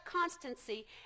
constancy